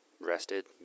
Rested